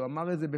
הוא אמר את זה,